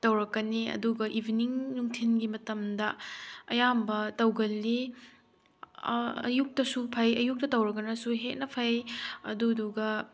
ꯇꯧꯔꯛꯀꯅꯤ ꯑꯗꯨꯒ ꯏꯚꯤꯅꯤꯡ ꯅꯨꯡꯊꯤꯜꯒꯤ ꯃꯇꯝꯗ ꯑꯌꯥꯝꯕ ꯇꯧꯒꯜꯂꯤ ꯑꯌꯨꯛꯇꯁꯨ ꯐꯩ ꯑꯌꯨꯛꯇ ꯇꯧꯔꯒꯅꯁꯨ ꯍꯦꯟꯅ ꯐꯩ ꯑꯗꯨꯗꯨꯒ